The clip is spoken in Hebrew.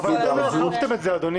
אבל אתם לא אכפתם את זה אדוני.